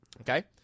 Okay